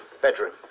bedroom